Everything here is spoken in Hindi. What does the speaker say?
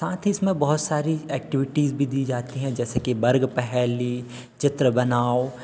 साथ ही इसमें बहुत सारी एक्टिविटी भी दी जाती है जैसे कि वर्ग पहेली चित्र बनाओ